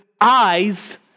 eyes